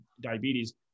diabetes